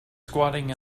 squatting